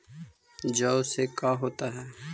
जौ से का होता है?